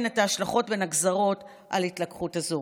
את ההשלכות בין הגזרות על התלקחות אזורית.